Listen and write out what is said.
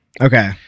Okay